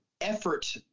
effort